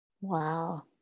Wow